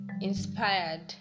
inspired